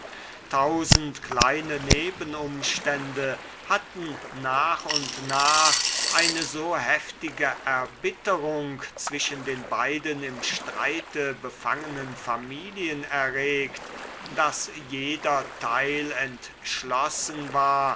tausend kleine nebenumstände hatten nach und nach eine so heftige verbitterung zwischen den beiden im streite befangnen familien angestiftet daß jeder teil entschlossen war